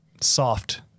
soft